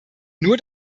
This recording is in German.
nur